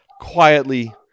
quietly